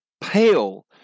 pale